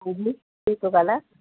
गुम्मी केरु थो ॻाल्हाए